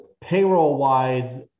payroll-wise